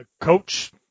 Coach